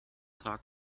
tag